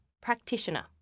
Practitioner